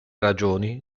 ragioni